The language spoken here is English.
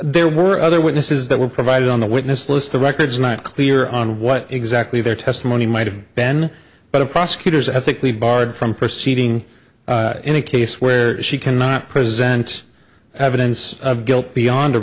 there were other witnesses that were provided on the witness list the record is not clear on what exactly their testimony might have been but a prosecutor's ethically barred from proceeding in a case where she cannot present evidence of guilt beyond a